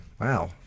wow